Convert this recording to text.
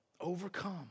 Overcome